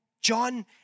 John